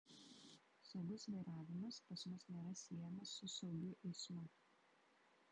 saugus vairavimas pas mus nėra siejamas su saugiu eismu